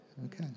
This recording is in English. Okay